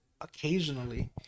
occasionally